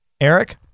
Eric